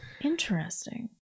Interesting